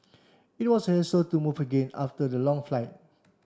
it was a hassle to move again after the long flight